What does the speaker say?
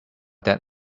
that